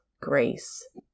grace